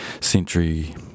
century